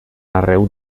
arreu